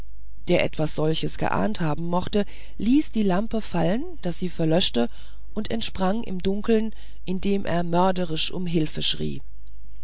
der etwas solches geahnet haben mochte ließ die lampe fallen daß sie verlöschte und entsprang im dunkeln indem er mörderisch um hülfe schrie